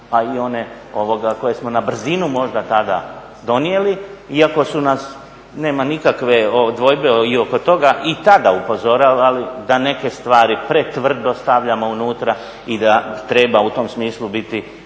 a i one koje smo na brzinu možda tada donijeli iako su nas, nema nikakve dvojbe i oko toga i tada upozoravali da neke stvari pretvrdo stavljamo unutra i da treba u tom smislu biti